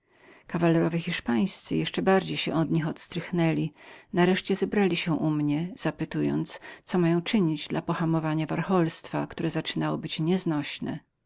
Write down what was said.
kawalerowie hiszpańscy jeszcze bardziej się od nich odstrychnęli nareszcie zebrali się u mnie zapytując co mieli czynić dla pohamowania popędliwości która zaczynała być nieznośną